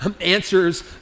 answers